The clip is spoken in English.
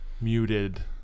muted